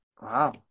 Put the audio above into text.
wow